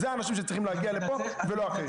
אלו האנשים שצריכים להגיע לפה ולא אחרים.